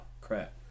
crap